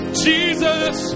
jesus